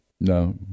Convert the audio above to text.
No